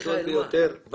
אני